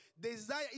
Desire